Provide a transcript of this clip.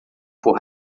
por